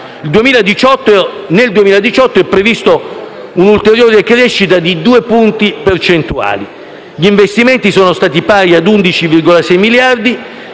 Nel 2018 è prevista un'ulteriore crescita di due punti percentuali, gli investimenti sono stati pari a 11,6 miliardi,